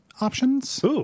Options